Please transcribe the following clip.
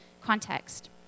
context